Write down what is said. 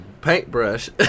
paintbrush